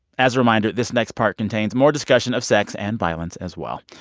as a reminder, this next part contains more discussion of sex and violence as well.